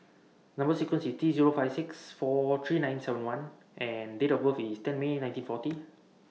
Number sequence IS T Zero five six four three nine seven I and Date of birth IS ten May nineteen forty